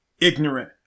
ignorant